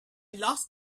lost